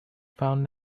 found